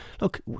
Look